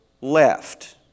left